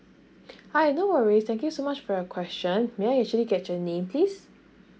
hi no worries thank you so much for your question may I actually get your name please